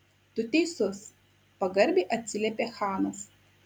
tu teisus pagarbiai atsiliepė chanas